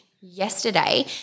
yesterday